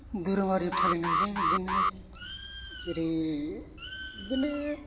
धोरोमारि फालिनायजों बिदिनो जेरै बिदिनो